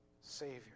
Savior